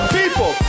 people